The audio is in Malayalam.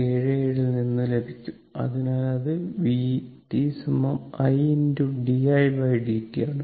77 ൽ നിന്ന് ലഭിക്കുംഅതിനാൽ അത് v t l d id t ആണ്